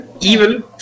Evil